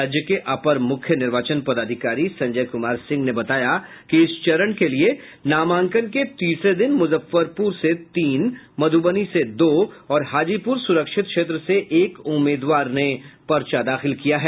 राज्य के अपर मुख्य निर्वाचन पदाधिकारी संजय कुमार सिंह ने बताया कि इस चरण के लिए नामांकन के तीसरे दिन मुजफ्फरपुर से तीन मधुबनी से दो और हाजीपुर सुरक्षित क्षेत्र से एक उम्मीदवार ने पर्चा दाखिल किया है